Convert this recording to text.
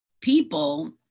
People